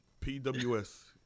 PWS